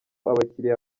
abakiliya